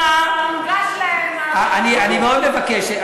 אני מאוד מבקש,